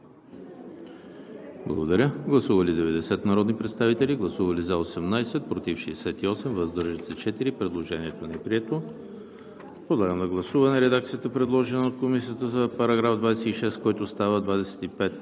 1 от § 26. Гласували 90 народни представители: за 18, против 68, въздържали се 4. Предложението не е прието. Подлагам на гласуване редакцията, предложена от Комисията за § 26, който става §